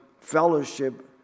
fellowship